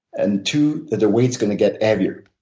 and two, the weight is going to get heavier.